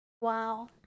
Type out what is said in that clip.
Wow